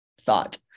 thought